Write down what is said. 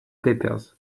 peppers